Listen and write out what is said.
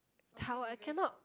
Chao I cannot